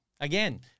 Again